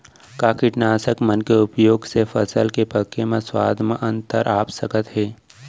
का कीटनाशक मन के उपयोग से फसल के पके म स्वाद म अंतर आप सकत हे?